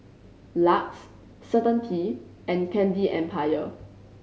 LUX Certainty and Candy Empire